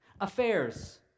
Affairs